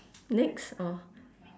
next or